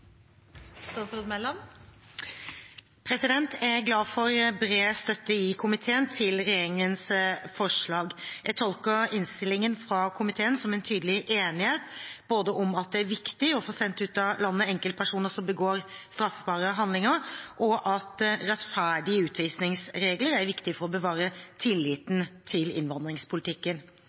komiteen til regjeringens forslag. Jeg tolker innstillingen fra komiteen som en tydelig enighet, både om at det er viktig å få sendt ut av landet enkeltpersoner som begår straffbare handlinger, og at rettferdige utvisningsregler er viktige for å bevare tilliten til innvandringspolitikken.